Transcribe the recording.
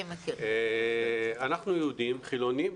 אנחנו יהודים חילוניים.